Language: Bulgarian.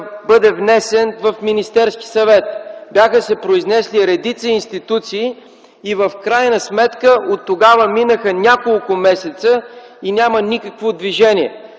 бъде внесен в Министерския съвет, бяха се произнесли редица институции. Оттогава минаха няколко месеца и няма никакво движение.